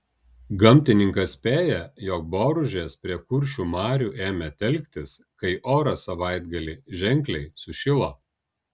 gamtininkas spėja jog boružės prie kuršių marių ėmė telktis kai oras savaitgalį ženkliai sušilo